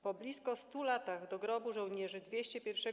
Po blisko 100 latach do grobu żołnierzy 201.